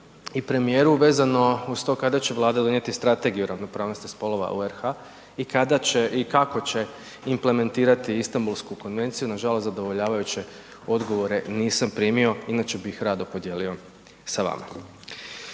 i premijeru vezano uz to kada će Vlada donijeti strategiju o ravnopravnosti spolova u RH i kada će i kako će implementirati Istanbulsku konvenciju. Nažalost zadovoljavajuće odgovore nisam primio inače bih rado podijelio s vama.